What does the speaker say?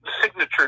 signature